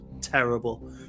terrible